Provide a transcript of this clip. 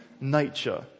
nature